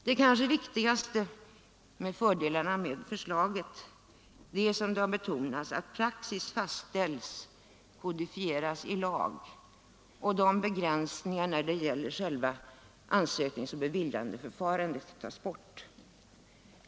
De kanske viktigaste fördelarna med förslaget är, som det har betonats, att praxis fastställs — kodifieras i lag — och att begränsningarna när det gäller själva ansökningsoch beviljandeförfarandet tas bort.